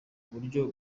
buryo